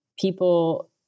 people